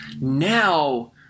Now